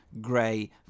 Gray